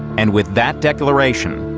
and with that declaration,